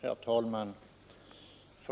Herr talman!